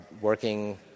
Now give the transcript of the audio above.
working